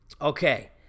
okay